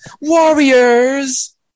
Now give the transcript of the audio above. Warriors